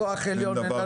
כוח עליון,